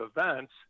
events